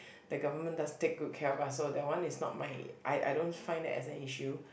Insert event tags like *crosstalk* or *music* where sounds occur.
*breath* the government does take good care of us so that one is not mine I I don't find it as an issue